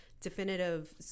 definitive